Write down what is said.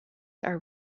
are